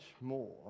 more